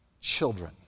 children